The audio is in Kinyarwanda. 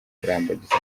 kurambagiza